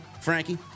Frankie